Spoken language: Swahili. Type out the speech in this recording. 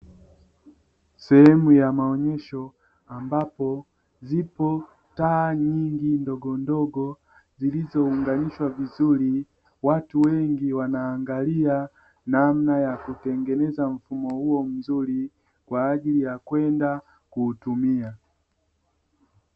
Sehemu ya maonyesho ambapo zipo taa nyingi ndogondogo, zilizounganishwa vizuri, watu wengi wanaangalia namna ya kuunganisha mfumo huo mzuri kwa ajili ya kwenda kuutumia.